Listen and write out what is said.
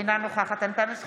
אינה נוכחת אנטאנס שחאדה,